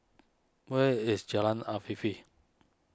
where is Jalan Afifi